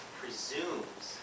presumes